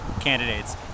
candidates